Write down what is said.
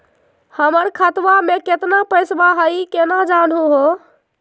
हमर खतवा मे केतना पैसवा हई, केना जानहु हो?